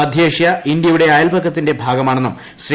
മധ്യേഷ്യ ഇന്ത്യയുടെ അയൽപക്കത്തിന്റെ ഭാഗമാണെന്നും ശ്രീ